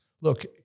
look